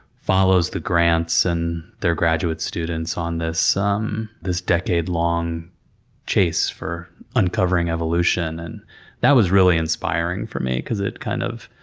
follows the grants and their graduate students on this um this decade-long chase for uncovering evolution. and that was really inspiring for me because it, kind of,